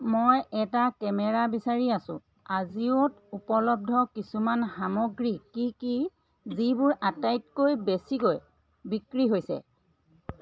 মই এটা কেমেৰা বিচাৰি আছো আজিঅ'ত উপলব্ধ কিছুমান সামগ্ৰী কি কি যিবোৰ আটাইতকৈ বেছিকৈ বিক্ৰী হৈছে